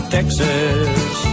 Texas